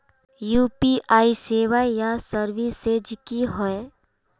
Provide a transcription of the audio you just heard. UPI सेवाएँ या services की होय?